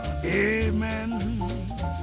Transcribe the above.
Amen